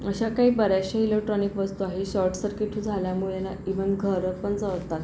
अशा काही बऱ्याचशा इलेक्ट्रॉनिक वस्तू आहे शॉर्ट सर्किट झाल्यामुळे ना इव्हन घरंपण जळतात